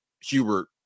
Hubert